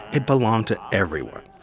it belonged to everyone.